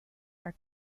are